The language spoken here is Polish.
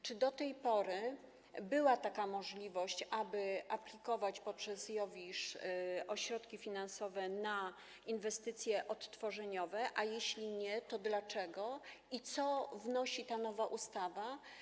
Czy do tej pory była taka możliwość, aby wnioskować poprzez IOWISZ o środki finansowe na inwestycje odtworzeniowe, a jeśli nie, to dlaczego, i co wnosi ta nowa ustawa?